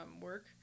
work